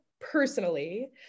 personally